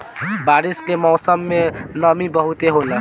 बारिश के मौसम में नमी बहुते होला